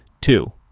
Two